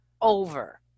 over